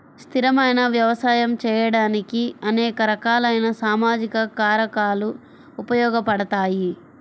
స్థిరమైన వ్యవసాయం చేయడానికి అనేక రకాలైన సామాజిక కారకాలు ఉపయోగపడతాయి